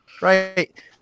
Right